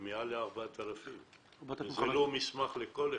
מעל 4,000. 4,500. זה לא מסמך לכל אחד.